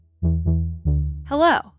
Hello